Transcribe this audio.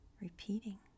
repeating